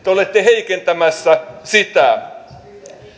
te olette heikentämässä sitä